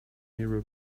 hero